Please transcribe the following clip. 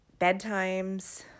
bedtimes